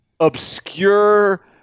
obscure